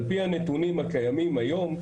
על פי הנתונים הקיימים היום,